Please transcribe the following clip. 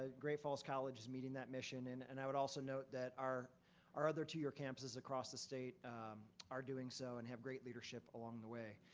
ah great falls college is meeting that mission. and and i would also note that our our other two-year campuses across the state are doing so and have great leadership along the way.